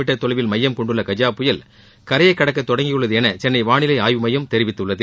metre தொலைவில் மையம் கொண்டுள்ள கஜா புயல் கரையை கடக்க தொடங்கியுள்ளது என சென்னை வானிலை ஆய்வு மையம் தெரிவித்துள்ளது